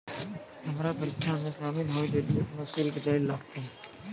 हमरा परीक्षा मे शामिल होय लेली अपनो शुल्क दैल लागतै